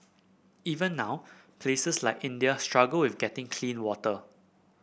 even now places like India struggle with getting clean water